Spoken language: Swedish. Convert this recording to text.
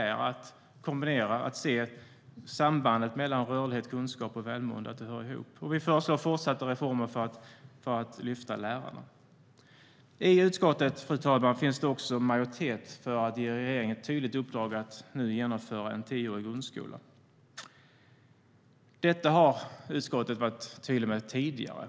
Det handlar om att kombinera och se sambandet och att rörlighet, kunskap och välmående hör ihop, och vi föreslår fortsatta reformer för att lyfta lärarna. Fru talman! I utskottet finns det också majoritet för att ge regeringen ett tydligt uppdrag att nu genomföra en tioårig grundskola. Detta har utskottet varit tydligt med tidigare.